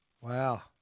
Wow